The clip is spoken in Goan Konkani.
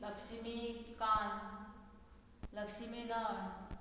लक्ष्मीकांत लक्ष्मीगण